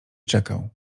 czekał